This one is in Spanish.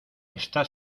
está